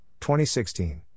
2016